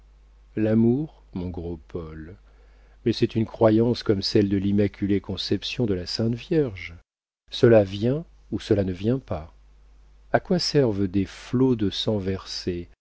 l'amour mon gros paul mais c'est une croyance comme celle de l'immaculée conception de la sainte vierge cela vient ou cela ne vient pas a quoi servent des flots de sang versés